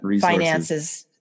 finances